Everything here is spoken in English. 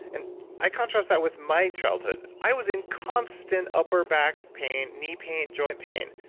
and i contrast that with my childhood. i was in constant upper back pain, knee pain joint pain,